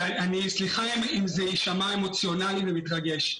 סליחה אם זה יישמע אמוציונאלי ומתרגש.